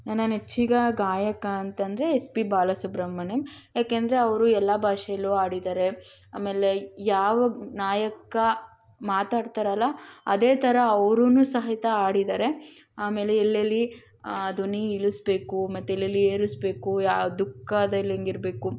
ನನ್ನ ನೆಚ್ಚಿನ ಗಾಯಕ ಅಂತ ಅಂದರೆ ಎಸ್ ಪಿ ಬಾಲಸುಬ್ರಹ್ಮಣ್ಯಂ ಏಕೆಂದರೆ ಅವರು ಎಲ್ಲ ಭಾಷೆಲ್ಲೂ ಹಾಡಿದಾರೆ ಆಮೇಲೆ ಯಾವ ನಾಯಕ ಮಾತಾಡ್ತಾರಲ್ಲ ಅದೇ ಥರ ಅವ್ರೂನು ಸಹಿತ ಹಾಡಿದಾರೆ ಆಮೇಲೆ ಎಲ್ಲೆಲ್ಲಿ ಧ್ವನಿ ಇಳಿಸ್ಬೇಕು ಮತ್ತು ಎಲ್ಲೆಲ್ಲಿ ಏರಿಸ್ಬೇಕು ಯಾವ ದುಃಖದಲ್ಲಿ ಹೆಂಗಿರ್ಬೇಕು